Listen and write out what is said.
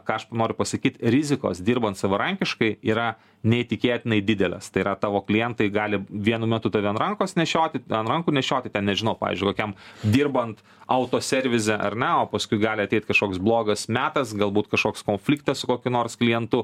ką aš noriu pasakyt rizikos dirbant savarankiškai yra neįtikėtinai didelės tai yra tavo klientai gali vienu metu tave ant rankos nešioti ant rankų nešioti ten nežinau pavyzdžiui kokiam dirbant autoservize ar ne o paskui gali ateit kažkoks blogas metas galbūt kažkoks konfliktas su kokiu nors klientu